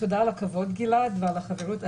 תודה על הכבוד, גלעד, ועל החברות.